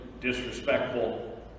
disrespectful